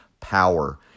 power